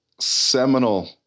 seminal